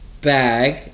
bag